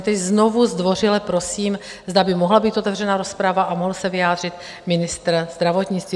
Tedy znovu zdvořile prosím, zda by mohla být otevřená rozprava a mohl se vyjádřit ministr zdravotnictví.